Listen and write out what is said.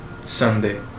Sunday